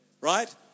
right